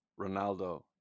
Ronaldo